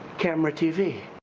camera, tv.